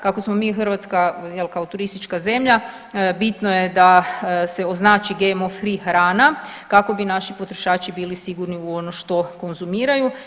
Kako smo mi Hrvatska jel' kao turistička zemlja bitno je da se označi GMO free hrana kako bi naši potrošači bili sigurni u ono što konzumiraju.